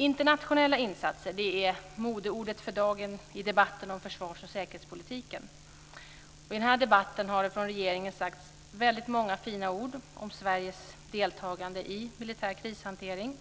Internationella insatser är modeordet för dagen i debatten om försvars och säkerhetspolitiken. I den debatten har det från regeringens sagts väldigt många fina ord om Sveriges deltagande i militär krishantering.